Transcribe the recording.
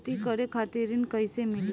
खेती करे खातिर ऋण कइसे मिली?